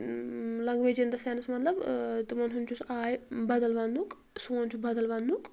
language in the sense مطلب تِمن ہُنٛد چھُ سُہ آے بدل وننُک سون چھُ بدل وننُک